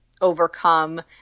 overcome